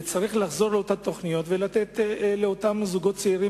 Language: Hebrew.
וצריך לחזור לתוכניות האלה ולתת לזוגות צעירים